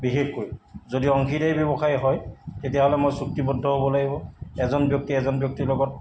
বিশেষকৈ যদি অংশীদাৰি ব্যৱসায় হয় তেতিয়াহ'লে মই চুক্তিবদ্ধ হ'ব লাগিব এজন ব্যক্তিয়ে এজন ব্যক্তিৰ লগত